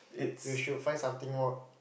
you should find something more